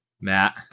Matt